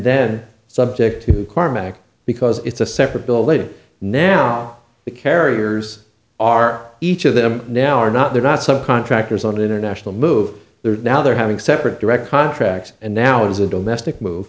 then subject to car max because it's a separate building now the carriers are each of them now are not they're not some contractors on an international move they're now they're having separate direct contracts and now it is a domestic move